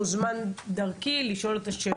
מוזמן דרכי לשאול את השאלות.